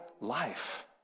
life